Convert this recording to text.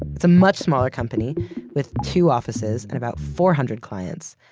it's a much smaller company with two offices, and about four hundred clients.